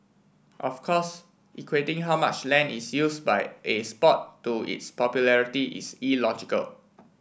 of course equating how much land is used by a sport to its popularity is illogical